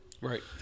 right